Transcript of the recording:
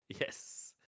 Yes